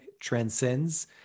transcends